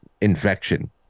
infection